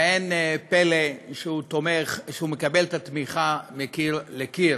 ואין פלא שהוא מקבל את התמיכה מקיר לקיר.